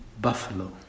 buffalo